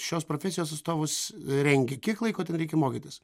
šios profesijos atstovus rengia kiek laiko tam reikia mokytis